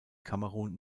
kamerun